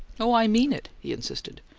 oh, i mean it, he insisted.